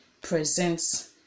presents